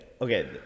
okay